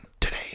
today